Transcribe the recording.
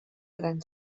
gran